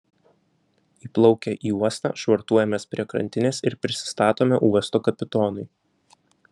įplaukę į uostą švartuojamės prie krantinės ir prisistatome uosto kapitonui